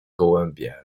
gołębie